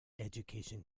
education